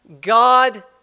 God